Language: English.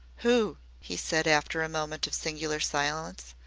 who, he said after a moment of singular silence,